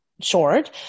short